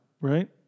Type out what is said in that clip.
right